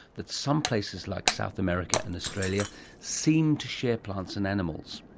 that some places like south america and australia seem to share plants and animals.